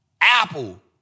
Apple